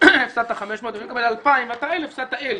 הפסדת 500 ואם אני מקבל 2,000 ואתה 1,000 הפסדת 1,000,